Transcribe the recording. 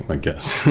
i guess,